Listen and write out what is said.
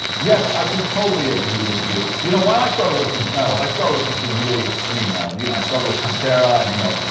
yes, i can totally agree with you you know when i started listening to metal, i started listening to really extreme metal you know, and i started with pantera and you know,